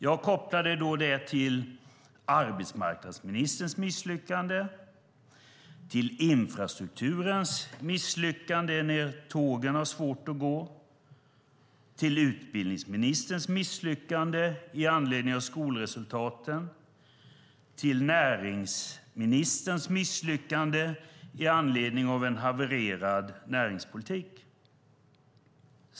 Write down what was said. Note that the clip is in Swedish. Jag kopplade det då till arbetsmarknadsministerns misslyckande, till infrastrukturministerns misslyckande när tågen har svårt att gå, till utbildningsministerns misslyckande i anledning av skolresultaten och till näringsministerns misslyckande i anledning av en havererad näringspolitik.